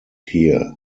here